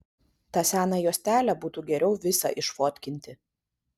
tą seną juostelę būtų geriau visą išfotkinti